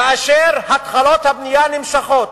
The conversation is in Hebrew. כאשר התחלות הבנייה נמשכות?